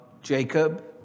Jacob